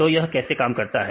तो यह कैसे काम करता है